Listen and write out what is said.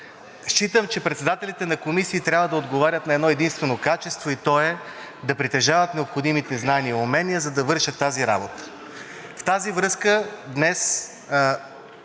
Смятам, че председателите на комисии трябва да отговарят на едно-единствено качество и то е да притежават необходимите знания и умения, за да вършат тази работа. В тази връзка вчера